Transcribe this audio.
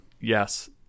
Yes